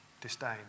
disdain